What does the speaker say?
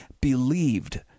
believed